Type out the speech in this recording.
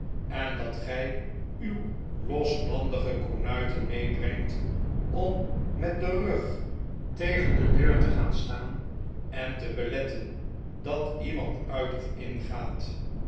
en dat gij uw losbandige kornuiten meebrtengt om met den rug tegen de deur te gaan staan en te beletten dat iemand uit of ingaat